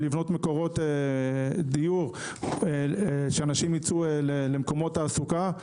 לבנות מקורות דיור כדי שאנשים ייצאו למקומות תעסוקה.